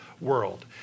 world